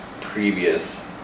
previous